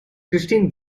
christine